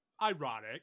Ironic